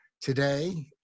Today